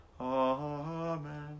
Amen